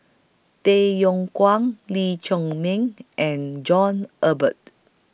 Tay Yong Kwang Lee Chiaw Meng and John Eber